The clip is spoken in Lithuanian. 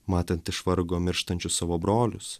matant iš vargo mirštančius savo brolius